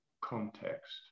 context